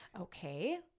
okay